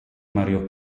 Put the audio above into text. mario